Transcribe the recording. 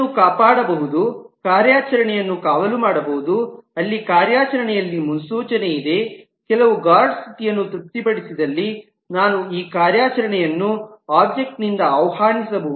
ಇದನ್ನು ಕಾಪಾಡಬಹುದು ಕಾರ್ಯಾಚರಣೆಯನ್ನು ಕಾವಲು ಮಾಡಬಹುದು ಅಲ್ಲಿ ಕಾರ್ಯಾಚರಣೆಯಲ್ಲಿ ಮುನ್ಸೂಚನೆ ಇದೆ ಕೆಲವು ಗಾರ್ಡ್ ಸ್ಥಿತಿಯನ್ನು ತೃಪ್ತಿಪಡಿಸಿದಲ್ಲಿ ನಾನು ಈ ಕಾರ್ಯಾಚರಣೆಯನ್ನು ಒಬ್ಜೆಕ್ಟ್ ನಿಂದ ಆಹ್ವಾನಿಸಬಹುದು